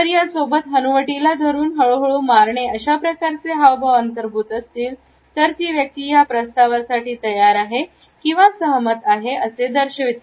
जर या सोबत हनुवटीला धरुन हळूहळू मारणे अशा प्रकारचे हावभाव अंतर्भूत असतील तर ती व्यक्ती या प्रस्तावासाठी तयार आहे किंवा सहमत आहे असे दर्शविते